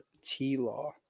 T-Law